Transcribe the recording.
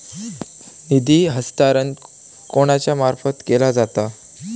निधी हस्तांतरण कोणाच्या मार्फत केला जाता?